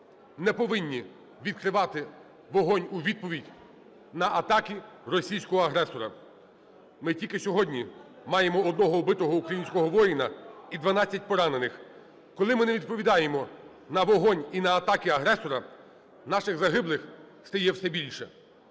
не повинні відкривати вогонь у відповідь на атаки російського агресора. Ми тільки сьогодні маємо одного вбитого українського воїна і 12 поранених. Коли ми не відповідаємо на вогонь і на атаки агресора, наших загиблих стає все більше.